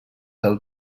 del